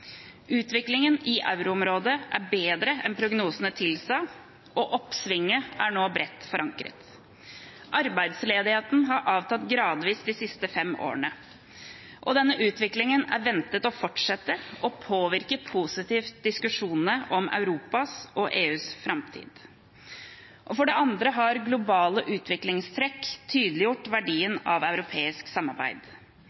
Utviklingen i euroområdet er bedre enn prognosene tilsa, og oppsvinget er nå bredt forankret. Arbeidsledigheten har avtatt gradvis de siste fem årene, og denne utviklingen er ventet å fortsette og påvirker positivt diskusjonene om Europas og EUs framtid. For det andre har globale utviklingstrekk tydeliggjort verdien